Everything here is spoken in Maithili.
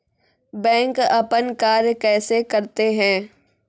बैंक अपन कार्य कैसे करते है?